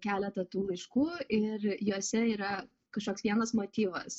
keletą tų laiškų ir juose yra kažkoks vienas motyvas